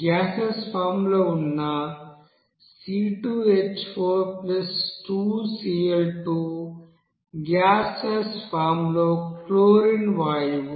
gaseous form లో ఉన్న C2H42Cl2 gaseous form లో క్లోరిన్ వాయువు